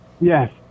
Yes